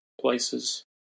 places